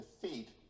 defeat